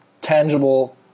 tangible